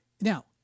Now